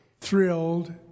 thrilled